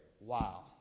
Wow